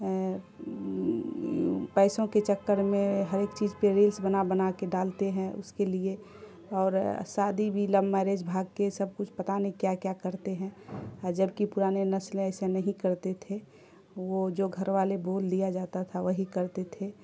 پیسوں کے چکر میں ہر ایک چیز پہ ریلس بنا بنا کے ڈالتے ہیں اس کے لیے اور شادی بھی لو میرج بھاگ کے سب کچھ پتا نہیں کیا کیا کرتے ہیں جبکہ پرانے نسلیں ایسے نہیں کرتے تھے وہ جو گھر والے بول دیا جاتا تھا وہی کرتے تھے